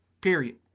period